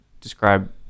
describe